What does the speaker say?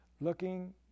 looking